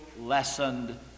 lessened